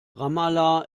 ramallah